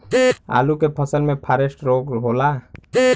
आलू के फसल मे फारेस्ट रोग होला?